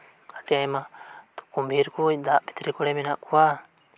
ᱟᱹᱰᱤ ᱟᱭᱢᱟ ᱛᱟᱭᱟᱱ ᱠᱚ ᱫᱟᱜ ᱵᱷᱤᱛᱤᱨ ᱨᱮ ᱢᱮᱱᱟᱜ ᱠᱚᱣᱟ